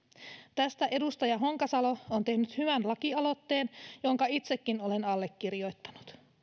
tästä edustaja honkasalo on tehnyt hyvän lakialoitteen jonka itsekin olen allekirjoittanut